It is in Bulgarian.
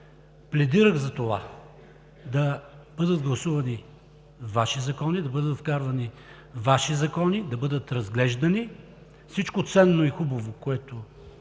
пледирах за това да бъдат гласувани Ваши закони, да бъдат вкарвани Ваши закони, да бъдат разглеждани. Всичко ценно и хубаво, което